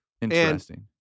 interesting